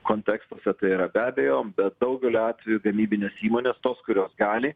kontekstuose tai yra be abejo bet daugeliu atveju gamybinės įmonės tos kurios gali